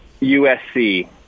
USC